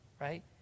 right